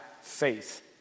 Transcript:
faith